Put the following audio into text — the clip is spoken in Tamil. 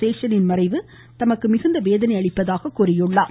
சேஷனின் மறைவு தமக்கு மிகுந்த வேதனை அளிப்பதாக கூறினார்